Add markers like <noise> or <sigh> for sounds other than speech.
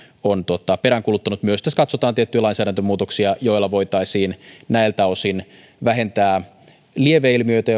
on peräänkuuluttanut myös katsotaan tiettyjä lainsäädäntömuutoksia joilla voitaisiin näiltä osin vähentää lieveilmiöitä <unintelligible>